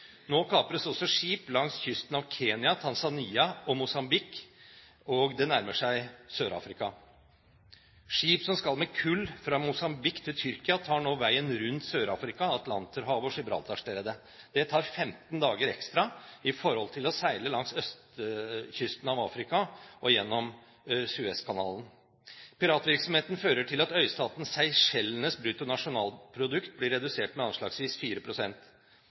Nå kapres også skip langs kysten av Kenya, Tanzania og Mosambik, og det nærmer seg Sør-Afrika. Skip som skal med kull fra Mosambik til Tyrkia, tar nå veien rundt Sør-Afrika, Atlanterhavet og Gibraltarstredet. Det tar 15 dager ekstra i forhold til å seile langs østkysten av Afrika og gjennom Suezkanalen. Piratvirksomheten fører til at øystaten Seychellenes bruttonasjonalprodukt blir redusert med anslagsvis